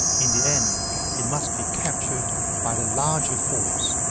in the end it must be captured by the larger force.